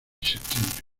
septiembre